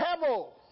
pebble